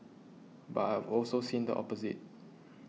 but I have also seen the opposite